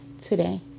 today